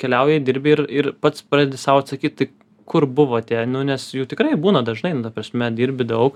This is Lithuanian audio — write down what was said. keliauji dirbi ir ir pats pradedi sau atsakyt kur buvo tie nu nes jų tikrai būna dažnai nu ta prasme dirbi daug